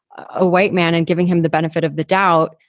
a white man, and giving him the benefit of the doubt,